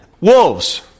Wolves